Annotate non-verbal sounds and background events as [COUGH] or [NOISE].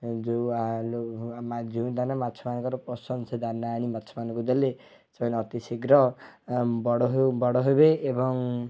ଯେଉଁ ଆଲ [UNINTELLIGIBLE] ଯେଉଁ ଦାନା ମାଛମାନଙ୍କର ସେ ପସନ୍ଦ ଦାନା ଆଣି ଦେଲେ ସେମାନେ ଅତି ଶୀଘ୍ର ବଡ଼ ହେଉ ବଡ଼ ହେବେ ଏବଂ